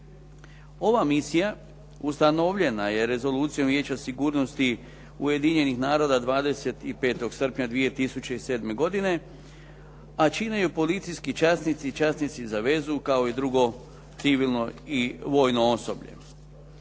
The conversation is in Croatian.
Ova misija ustanovljena je Rezolucijom Vijeća sigurnosti Ujedinjenih naroda 25. srpnja 2007. godine, a čine je policijski časnici i časnici za vezu kao i drugo civilno osoblje.